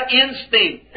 instinct